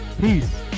Peace